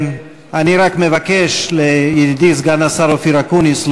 אני רק מבקש לומר לידידי סגן השר אופיר אקוניס,